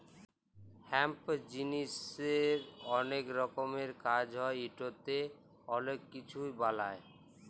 hemp জিলিসের অলেক রকমের কাজ হ্যয় ইটতে অলেক কিছু বালাই